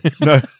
no